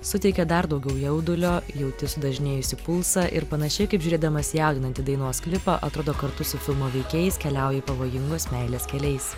suteikia dar daugiau jaudulio jauti sudažnėjusį pulsą ir panašiai kaip žiūrėdamas jaudinantį dainos klipą atrodo kartu su filmo veikėjais keliauji pavojingos meilės keliais